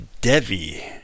Devi